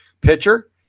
pitcher